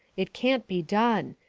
it can't be done.